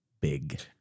big